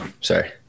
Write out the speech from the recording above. sorry